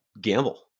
gamble